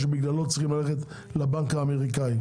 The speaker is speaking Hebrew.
שבגללו צריכים ללכת לבנק האמריקאי?